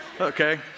okay